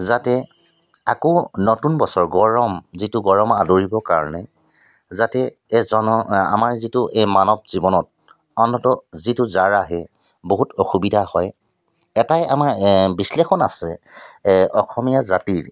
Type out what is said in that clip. যাতে আকৌ নতুন বছৰ গৰম যিটো গৰম আদৰিবৰ কাৰণে যাতে এ জন আমাৰ যিটো মানৱ জীৱনত অন্তত যিটো জাৰ আহে বহুত অসুবিধা হয় এটাই আমাৰ বিশ্লেষণ আছে অসমীয়া জাতিৰ